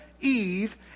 Eve